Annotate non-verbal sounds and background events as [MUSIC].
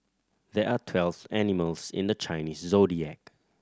there are twelve [UNINTELLIGIBLE] animals in the Chinese Zodiac